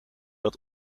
dat